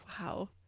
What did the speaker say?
wow